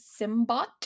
Simbot